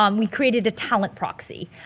um we created a talent proxy.